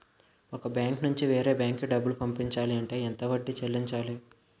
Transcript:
ఒక బ్యాంక్ నుంచి వేరే బ్యాంక్ కి డబ్బులు పంపించాలి అంటే ఎంత వడ్డీ చెల్లించాలి?